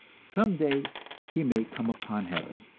some day he may come upon heaven,